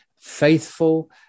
faithful